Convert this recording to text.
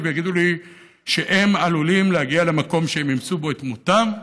ויגידו לי שהם עלולים להגיע למקום שהם ימצאו בו את מותם.